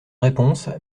réponse